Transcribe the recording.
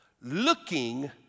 looking